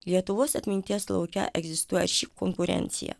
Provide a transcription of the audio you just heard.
lietuvos atminties lauke egzistuoja arši konkurencija